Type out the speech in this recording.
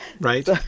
right